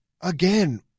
again